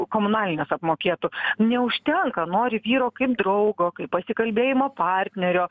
komunalines apmokėtų neužtenka nori vyro kaip draugo kaip pasikalbėjimo partnerio